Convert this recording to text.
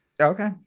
Okay